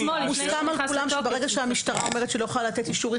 מוסכם על כולם שברגע שהמשטרה אומרת שהיא לא יכולה לתת אישור,